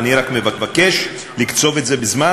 אני רק מבקש לקצוב את זה בזמן.